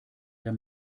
der